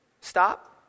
Stop